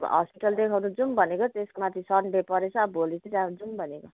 hospital देखाउनु जाउँ भनेको त्यसको माथि सन्डे परेछ अब भोलि चाहिँ जाउँ भनेको